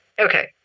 Okay